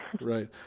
Right